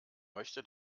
möchte